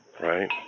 right